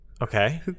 Okay